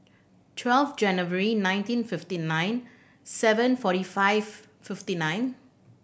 twelve January nineteen fifty nine seven forty five fifty nine